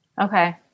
Okay